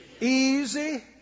Easy